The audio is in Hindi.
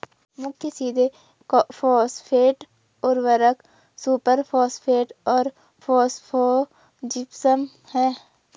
मुख्य सीधे फॉस्फेट उर्वरक सुपरफॉस्फेट और फॉस्फोजिप्सम हैं